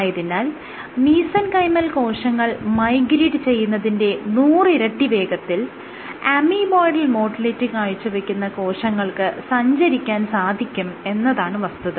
ആയതിനാൽ മീസെൻകൈമൽ കോശങ്ങൾ മൈഗ്രേറ്റ് ചെയ്യുന്നതിന്റെ നൂറിരട്ടി വേഗത്തിൽ അമീബോയ്ഡൽ മോട്ടിലിറ്റി കാഴ്ചവെക്കുന്ന കോശങ്ങൾക്ക് സഞ്ചരിക്കാൻ സാധിക്കും എന്നതാണ് വസ്തുത